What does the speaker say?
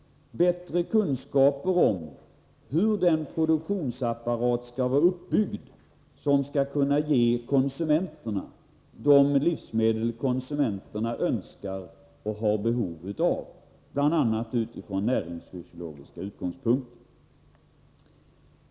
Forskningsprojektet skall förhoppningsvis kunna ge oss bättre kunskaper om utformningen av ett framtida jordbruk, bättre kunskaper om hur den produktionsapparat skall vara uppbyggd som skall kunna ge konsumenterna de livsmedel konsumenterna önskar och har behov av, bl.a. utifrån näringsfysiologiska utgångspunkter.